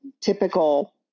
typical